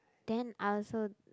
then I also